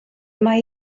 mae